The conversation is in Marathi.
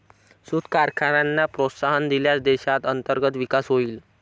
सूत कारखान्यांना प्रोत्साहन दिल्यास देशात अंतर्गत विकास होईल